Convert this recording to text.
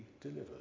delivered